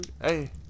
Hey